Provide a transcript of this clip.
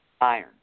iron